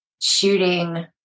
shooting